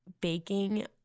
baking